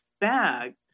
bag